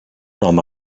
home